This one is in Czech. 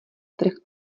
trh